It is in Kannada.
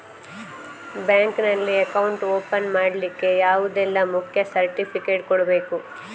ಬ್ಯಾಂಕ್ ನಲ್ಲಿ ಅಕೌಂಟ್ ಓಪನ್ ಮಾಡ್ಲಿಕ್ಕೆ ಯಾವುದೆಲ್ಲ ಮುಖ್ಯ ಸರ್ಟಿಫಿಕೇಟ್ ಕೊಡ್ಬೇಕು?